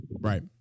Right